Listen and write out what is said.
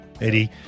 eddie